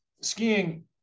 skiing